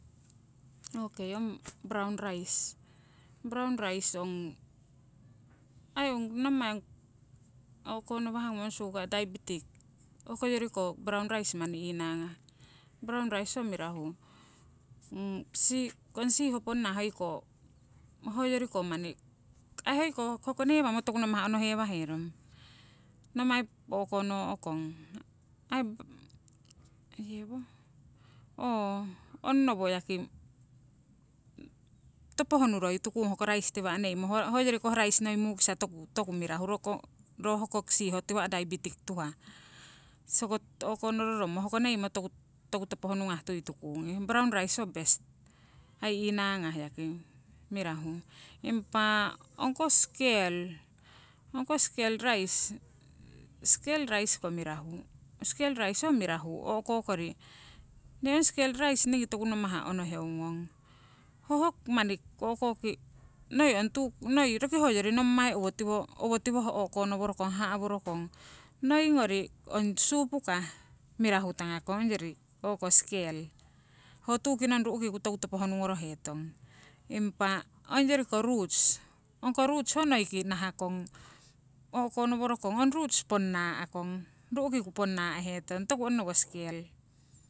Okei ong braun rais, braun rais ong aii ong nommai o'okonowah ngung sugar diabetic hokoyori ko braun rais manni inakahgung. Braun rais ho mirahu si ong siiho ponna hoiko hoyori ko aii hoko newamo aii manni toku namah onohe waherong. Nommai o'konoo'kong aii onnowo yaki topo honuroi tukung hoko rais tiwa' neimo, hoyori koh rais noi mukisa toku toku mirahu roko ro hoko siiho tiwa' diabetic tuhah soko o'konororomo hoko neimo toku topo honungah tui tukung. Braun rais ho best aii inangah yaki mirahu. impa ong koh skel, ong koh skel rais, skel rais ko mirahu. Skel rais ho mirahu o'ko kori nee ong skel rais ningii toku namah onoheungong, hoho manni o'koki noi ong tuu roki hoyori owotiwo o'konoworokong haha' worokong. Noi ngori ong supukah mirahu tangakong ongyori o'ko skel, ho tuu ki nong ru'kiku toku topo honungorohetong. Impa ongyori ko roots, ong ko roots noiki nahakong o'konowokong ong roots ponna kong, ru'kiku ponna hetong toku onnowo skel.